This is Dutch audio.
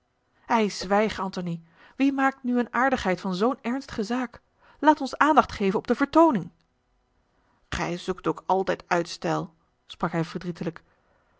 ei zwijg antony wie maakt nu eene aardigheid van zoo'n ernstige zaak laat ons aandacht geven op de vertooning gij zoekt ook altijd uitstel sprak hij verdrietelijk